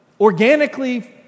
organically